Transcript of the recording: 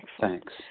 Thanks